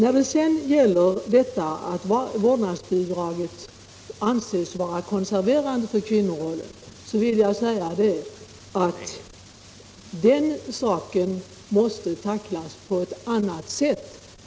Vad sedan gäller detta att vårdnadsbidrag anses vara konserverande för kvinnorollen vill jag säga att den saken måste tacklas på annat sätt.